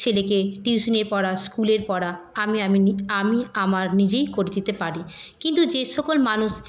ছেলেকে টিউশনি পড়া স্কুলের পড়া আমি আমি আমি আমার নিজেই করে দিতে পারি কিন্তু যে সকল মানুষ